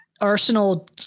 Arsenal